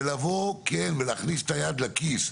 צריך לבוא ולהכניס את היד לכיס.